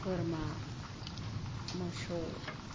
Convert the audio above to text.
बोरमा मोसौ